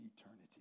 eternity